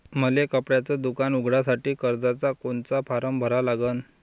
मले कपड्याच दुकान उघडासाठी कर्जाचा कोनचा फारम भरा लागन?